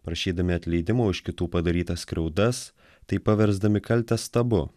prašydami atleidimo už kitų padarytas skriaudas taip paversdami kaltę stabu